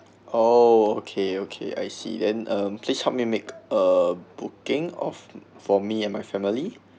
oh okay okay I see then um please help me make uh booking of for me and my family